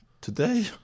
Today